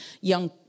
young